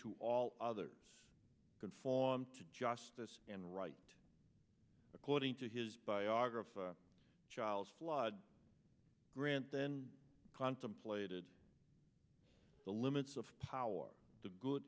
to all others conform to justice and right according to his biographer giles flood grant then contemplated the limits of power the good